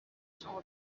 شما